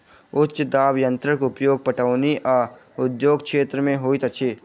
उच्च दाब यंत्रक उपयोग पटौनी आ उद्योग क्षेत्र में होइत अछि